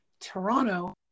Toronto